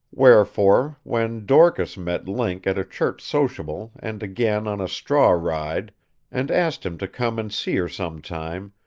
wherefore, when dorcas met link at a church sociable and again on a straw ride and asked him to come and see her some time,